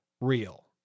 real